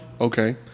Okay